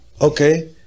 Okay